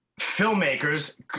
filmmakers